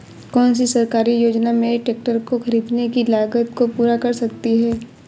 कौन सी सरकारी योजना मेरे ट्रैक्टर को ख़रीदने की लागत को पूरा कर सकती है?